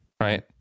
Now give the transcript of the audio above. right